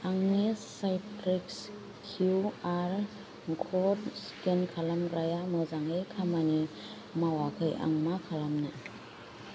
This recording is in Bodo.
आंनि साइट्रास किउ आर कड स्केन खालामग्राया मोजाङै खामानि मावाखै आं मा खालामनो